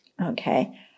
Okay